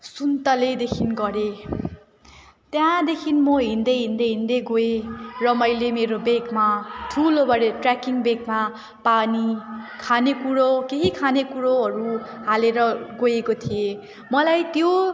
सुन्तलेदेखि गरेँ त्यहाँदेखि म हिँड्दै हिँड्दै हिँड्दै गएँ र मैले मेरो ब्यागमा ठुलोबडे ट्रेकिङ ब्यागमा पानी खानेकुरो केही खानेकुरोहरू हालेर गएको थिएँ मलाई त्यो